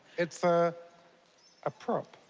it's a ah prop.